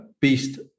Beast